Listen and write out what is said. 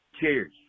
cheers